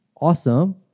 awesome